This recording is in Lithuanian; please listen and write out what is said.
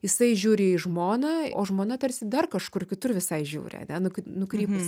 jisai žiūri į žmoną o žmona tarsi dar kažkur kitur visai žiūri ane nukrypus